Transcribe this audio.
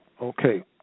Okay